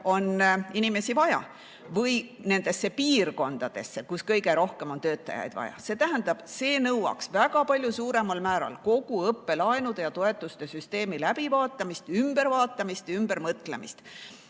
on inimesi vaja, või nendesse piirkondadesse, kus kõige rohkem on töötajaid vaja. See nõuaks palju suuremal määral kogu õppelaenude ja ‑toetuste süsteemi läbivaatamist, ümbervaatamist ja ümbermõtlemist.